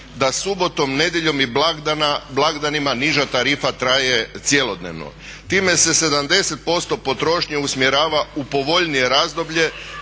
da subotom, nedjeljom i blagdanima niža tarifa traje cjelodnevno. Time se 70% potrošnje usmjerava u povoljnije razdoblje